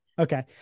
Okay